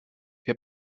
wir